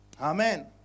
Amen